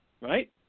Right